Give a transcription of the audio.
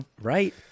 Right